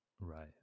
right